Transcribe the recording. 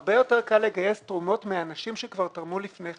הרבה יותר קל לגייס תרומות מאנשים שכבר תרמו לפני כן.